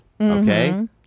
Okay